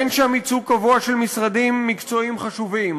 אין שם ייצוג קבוע של משרדים מקצועיים חשובים.